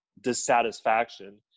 dissatisfaction